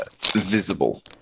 visible